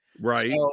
Right